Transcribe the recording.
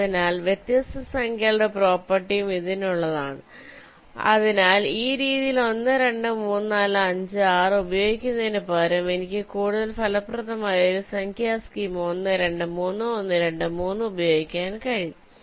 അതിനാൽ വ്യത്യസ്ത സംഖ്യകളുടെ പ്രോപ്പർട്ടിയും ഇതിനുള്ളതാണ് അതിനാൽ ഈ രീതിയിൽ 1 2 3 4 5 6 ഉപയോഗിക്കുന്നതിനുപകരം എനിക്ക് കൂടുതൽ ഫലപ്രദമായ ഒരു സംഖ്യാ സ്കീം 1 2 3 1 2 3 ഉപയോഗിക്കാൻ കഴിയും